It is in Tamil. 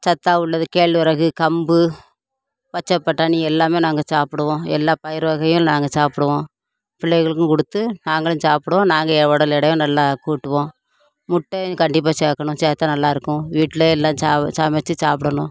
சத்தாக உள்ளது கேழ்வரகு கம்பு பச்சைப்பட்டாணி எல்லாம் நாங்கள் சாப்புடுவோம் எல்லா பயிர் வகையும் நாங்கள் சாப்புடுவோம் பிள்ளைகளுக்கும் கொடுத்து நாங்களும் சாப்புடுவோம் நாங்கள் எ உடல் எடையோட நல்லா கூட்டுவோம் முட்டையும் கண்டிப்பாக சேர்க்கணும் சேர்த்தா நல்லா இருக்கும் வீட்டில் எல்லாம் சமைச்சி சாப்புடணும்